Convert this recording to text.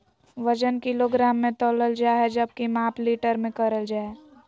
वजन किलोग्राम मे तौलल जा हय जबकि माप लीटर मे करल जा हय